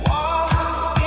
Walked